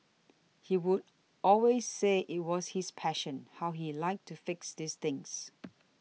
he would always say it was his passion how he liked to fix these things